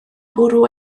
bwrw